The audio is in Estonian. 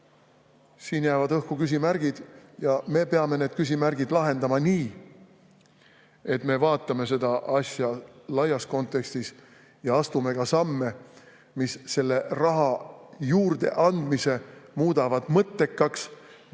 Siin jäävad õhku küsimärgid. Me peame need küsimärgid lahendama nii, et me vaatame seda asja laias kontekstis ja astume ka samme, mis muudavad raha juurdeandmise mõttekaks, mitte